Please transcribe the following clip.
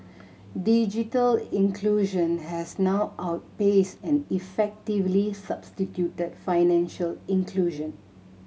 digital inclusion has now outpaced and effectively substituted financial inclusion